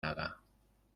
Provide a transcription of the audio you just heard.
nada